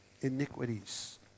iniquities